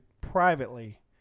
privately